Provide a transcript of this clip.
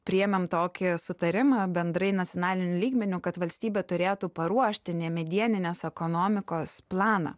priėmėm tokį sutarimą bendrai nacionaliniu lygmeniu kad valstybė turėtų paruošti nemedieninės ekonomikos planą